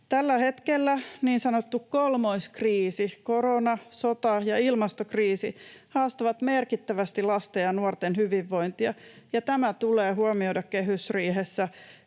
Tällä hetkellä niin sanottu kolmoiskriisi — korona, sota ja ilmastokriisi — haastaa merkittävästi lasten ja nuorten hyvinvointia, ja tämä tulee huomioida kehysriihessä